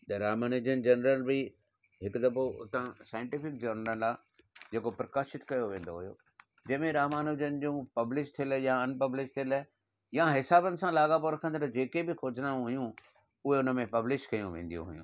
the Ramanujan journal बि हिकु दफ़ो हुतां साइंटिफिक जनरल आहे जेके प्रकाशित कयो वेंदो हुयो जंहिंमें रामानुजन जो प्बलिश थियल या अन प्बलिश थियल या हिसाबनि सां लाॻापो रखंदड़ जेके बि खोजनाऊं हुयूं उहे हुन में प्बलिश कयूं वेंदियूं हुयूं